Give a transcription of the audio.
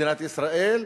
במדינת ישראל,